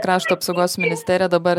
krašto apsaugos ministerija dabar